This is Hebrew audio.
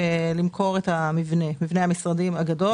ולמכור את מבנה המשרדים הגדול,